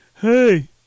Hey